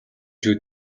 шүү